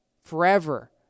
forever